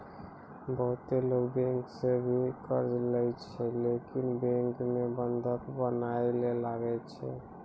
बहुते लोगै बैंको सं भी कर्जा लेय छै लेकिन बैंको मे बंधक बनया ले लागै छै